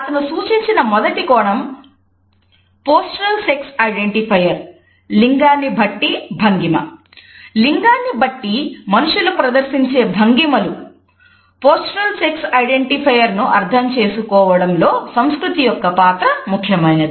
అతను సూచించిన మొదటి కోణం పోస్టురల్ సెక్స్ ఐడెంటీఫైర్ ను అర్థం చేసుకోవటంలో సంస్కృతి యొక్క పాత్ర ముఖ్యమైనది